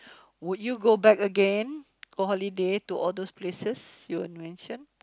would you go back again for holiday to all those places you had mention